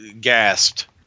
gasped